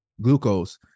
glucose